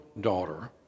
daughter